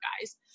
guys